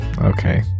okay